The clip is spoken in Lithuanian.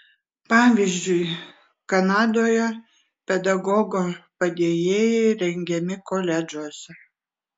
pavyzdžiui kanadoje pedagogo padėjėjai rengiami koledžuose